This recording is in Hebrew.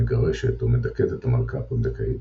מגרשת או מדכאת את המלכה הפונדקאית,